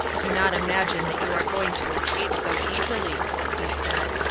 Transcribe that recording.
do not imagine that you are going to escape so easily, he said.